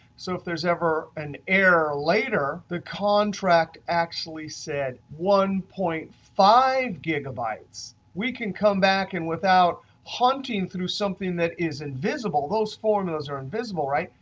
so if there's ever an error later, the contract actually said one point five gigabytes, we can come back in without hunting through something that is invisible those formulas are invisible, right?